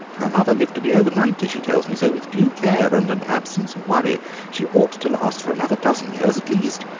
her mother lived to be over ninety, she tells me, so with due care and an absence of worry she ought to last for another dozen years at least.